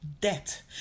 debt